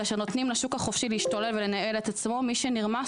כאשר נותנים לשוק החופשי לנהל את עצמו ולהשתולל,